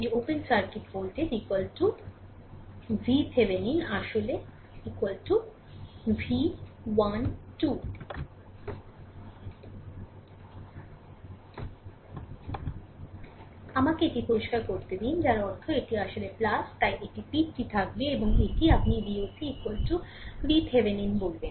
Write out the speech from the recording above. সুতরাং আমাকে এটি পরিষ্কার করতে দিন যার অর্থ এটি আসলে তাই এটি তীরটি থাকবে এবং এটিই আপনি Voc VThevenin বলবেন